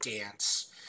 dance